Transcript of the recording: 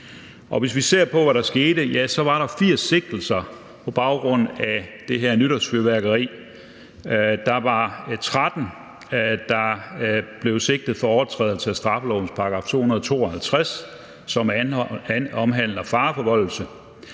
hvis vi ser på, hvad der skete, så var der 80 sigtelser på baggrund af det her nytårsfyrværkeri. Der var 13, der blev sigtet for overtrædelse af straffelovens § 252, som omhandler fareforvoldelse,